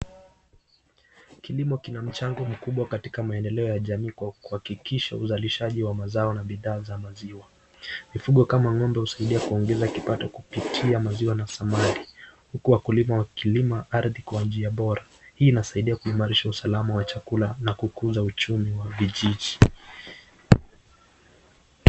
Kilimo kina mchango mkubwa katika maendeleo ya jamii kwa kuhakikisha uzalishaji wa mazao na bidhaa za maziwa. Mifugo kama ng'ombe husaidia kuongeza kipato kupitia maziwa na samadi huku wakilima ardhi kwa njia bora. Hii inasaidia kuimarisha usalama wa chakula na kukuza uchumi wa vijiji.